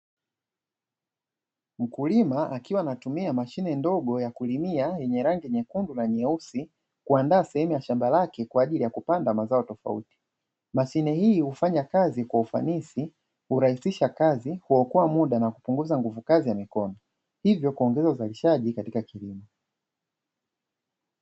Mkulima akiwa anatumia mashine ndogo ya kulimia yenye rangi nyeusi huku akiandaa sehemu ya shamba lake kwa ajili ya kupanda mazao tofauti, mashine hii hufanya kazi kwa ufanisi kurahisisha kazi, kuokoa muda na kupunguza nguvu kazi ya mikono hivyo kuongeza uzalishaji katika kilimo.